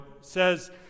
says